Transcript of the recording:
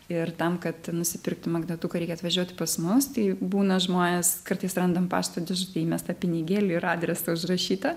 ir tam kad nusipirkti magnetuką reikia atvažiuoti pas mus tai būna žmonės kartais randam pašto dėžutėj įmestą pinigėlį ir adresą užrašytą